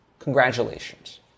Congratulations